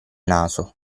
naso